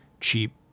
cheap